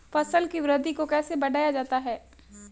फसल की वृद्धि को कैसे बढ़ाया जाता हैं?